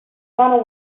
gone